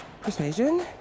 persuasion